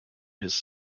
his